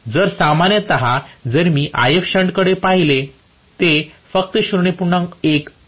जर सामान्यतः जर मी Ifshunt कडे पाहिले तर ते फक्त 0